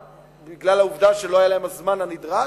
בגלל העובדה שלא היה להם הזמן הנדרש,